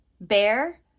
Bear